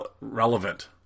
relevant